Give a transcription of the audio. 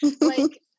Like-